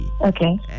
Okay